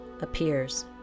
appears